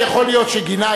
יכול להיות שגינה,